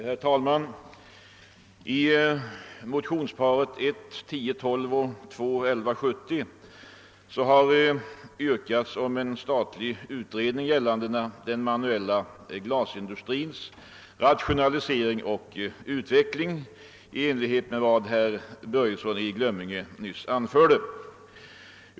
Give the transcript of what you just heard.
Herr talman! I motionsparet I: 1012 och II: 1170 har yrkats på en statlig utredning gällande den manuella glasindustrins rationalisering och utveckling i enlighet med vad herr Börjesson i Glömminge nyss anförde.